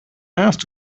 asked